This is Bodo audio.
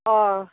अह